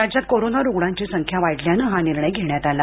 राज्यात कोरोना रुग्णांची संख्या वाढल्यानं हा निर्णय घेण्यात आला